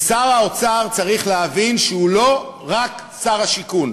ושר האוצר צריך להבין שהוא לא רק שר השיכון,